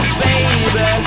baby